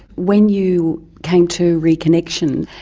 when you came to reconnexion,